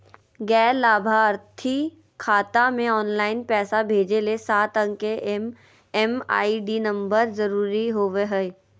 गैर लाभार्थी खाता मे ऑनलाइन पैसा भेजे ले सात अंक के एम.एम.आई.डी नम्बर जरूरी होबय हय